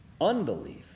unbelief